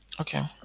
okay